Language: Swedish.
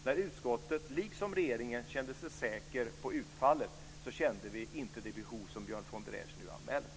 När vi i utskottet, liksom regeringen, kände oss säkra på utfallet kände vi inte det behov som Björn von der Esch nu anmäler.